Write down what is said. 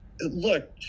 look